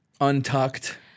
Untucked